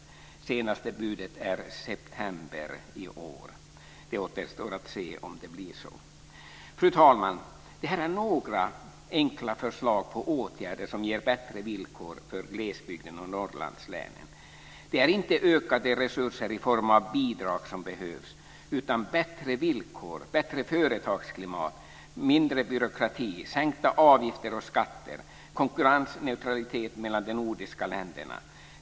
Det senaste budet är september i år. Det återstår att se om det blir så. Fru talman! Det här är några enkla förslag på åtgärder som ger bättre villkor för glesbygden och Det är inte ökade resurser i form av bidrag som behövs, utan bättre villkor, bättre företagsklimat, mindre byråkrati, sänkta avgifter och skatter och konkurrensneutralitet mellan de nordiska länderna.